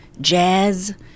jazz